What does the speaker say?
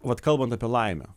vat kalbant apie laimę